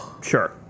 Sure